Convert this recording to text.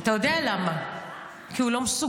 אתה יודע למה, כי הוא לא מסוגל.